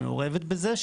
שמעורבת בזה,